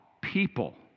people